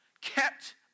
kept